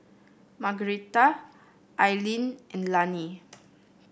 Margueritta Eileen and Lannie